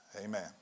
Amen